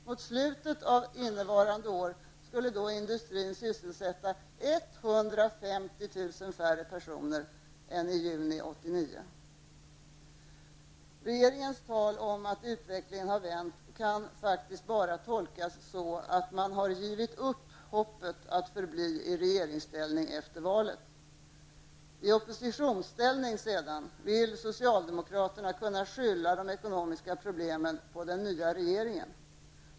Mot slutet av innevarande år skulle industrin då sysselsätta 150 000 personer färre än i juni 1989. Regeringens tal om att utvecklingen har vänt kan faktsikt bara tolkas som att den har givit upp hoppet att förbli i regeringsställning efter valet. I oppositionsställning vill socialdemokraterna sedan kunna skylla de ekonomiska problemen på den nya regeringen.